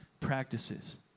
practices